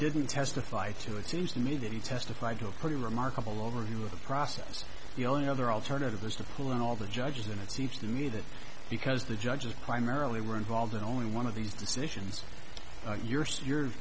didn't testify to it seems to me that he testified to a pretty remarkable overview of the process the only other alternative was to pull in all the judges and it seems to me that because the judges primarily were involved in only one of these decisions your